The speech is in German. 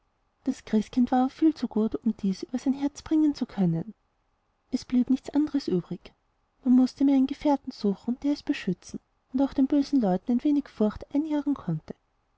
das christkind war aber viel zu gut um dies über sein herz bringen zu können es blieb nichts anderes übrig man mußte ihm einen gefährten suchen der es beschützen und auch den bösen leuten ein wenig furcht einjagen konnte